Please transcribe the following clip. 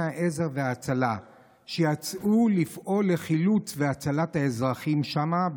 העזר וההצלה שיצאו לפעול לחילוץ והצלת האזרחים שם,